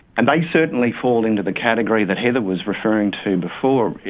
and they certainly fall into the category that heather was referring to before,